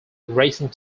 racing